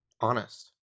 honest